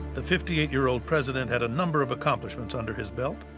the fifty eight year old president had a number of accomplishments under his belt.